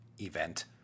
event